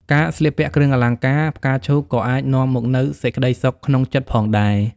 ការស្លៀកពាក់គ្រឿងអលង្ការផ្កាឈូកក៏អាចនាំមកនូវសេចក្តីសុខក្នុងចិត្តផងដែរ។